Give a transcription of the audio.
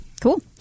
Cool